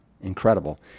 incredible